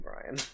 Brian